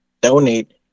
donate